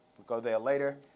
we'll go there later.